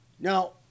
Now